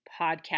Podcast